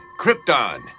Krypton